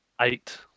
Eight